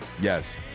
Yes